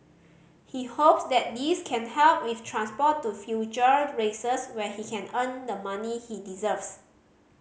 he hopes that this can help with transport to future races where he can earn the money he deserves